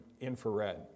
infrared